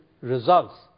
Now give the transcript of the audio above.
results